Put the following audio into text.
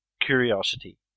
curiosity